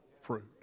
fruit